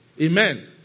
Amen